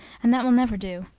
and that will never do.